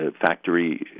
factory